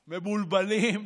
מבולבלים,